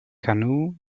canoe